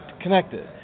connected